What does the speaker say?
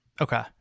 Okay